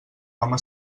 home